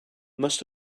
must